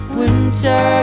winter